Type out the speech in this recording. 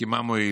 כי מה מועיל?